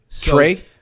Trey